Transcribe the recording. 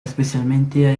especialmente